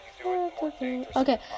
Okay